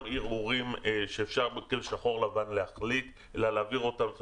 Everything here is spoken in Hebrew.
ערעורים שאפשר בנקל בשחור-לבן להחליט אלא להעביר אותם.